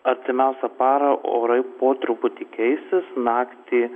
artimiausią parą orai po truputį keisis naktį